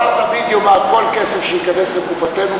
האוצר תמיד יאמר: כל כסף שייכנס לקופתנו,